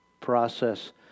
process